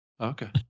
Okay